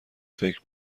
فکر